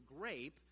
grape